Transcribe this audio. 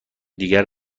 دیگر